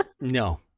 no